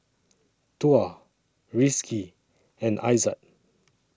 Tuah Rizqi and Aizat